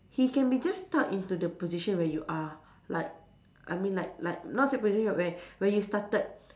he can be just stuck into the position where you are like I mean like like not say position where where you started